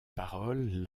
paroles